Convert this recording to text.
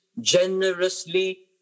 generously